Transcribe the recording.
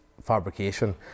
fabrication